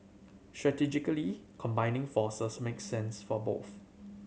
strategically combining forces makes sense for both